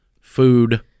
food